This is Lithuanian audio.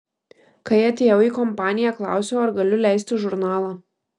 kai atėjau į kompaniją klausiau ar galiu leisti žurnalą